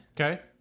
Okay